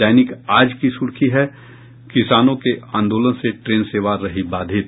दैनिक आज की सुर्खी है किसानों के आंदोलन से ट्रेन सेवा रही बाधित